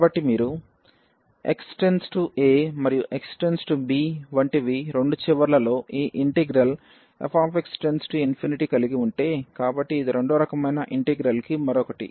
కాబట్టి మీరు x → a మరియు x → b వంటివి రెండు చివర్లలో ఈ ఇంటిగ్రల్f→∞ కలిగి ఉంటే కాబట్టి ఇది రెండవ రకమైన ఇంటిగ్రల్ కి మరొకటి